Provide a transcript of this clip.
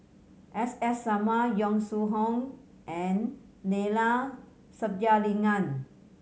S S Sarma Yong Shu Hoong and Neila Sathyalingam